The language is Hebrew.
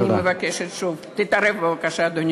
תודה.